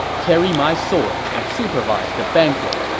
carry my sword and supervise the banquet.